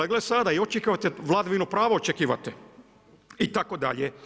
I gle sada i očekivate vladavinu prava očekivate itd.